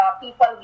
people